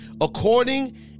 according